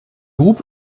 groupe